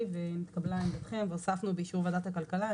והתקבלה עמדתכם והוספנו באישור ועדת הכלכלה.